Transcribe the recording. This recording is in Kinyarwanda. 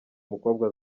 mukobwa